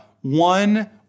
one